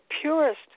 purest